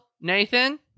Nathan